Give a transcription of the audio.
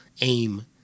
aim